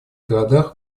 городах